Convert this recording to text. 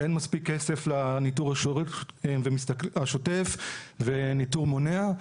אין מספיק כסף לניטור השוטף וניטור מונע,